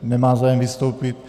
Nemá zájem vystoupit.